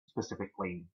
specifically